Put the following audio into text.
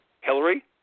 Hillary